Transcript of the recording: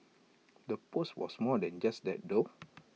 the post was more than just that though